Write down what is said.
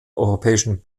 europäischen